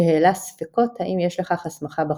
שהעלה ספקות האם יש לכך הסמכה בחוק.